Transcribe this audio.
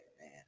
man